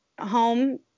home